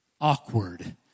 Awkward